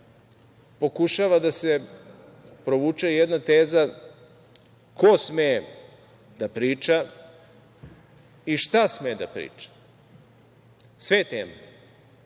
pokušava da se provuče jedna teza ko sme da priča i šta sme da priča. Sve teme,